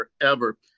forever